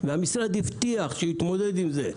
והמשרד הבטיח שיתמודד עם זה,